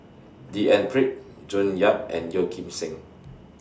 D N Pritt June Yap and Yeo Kim Seng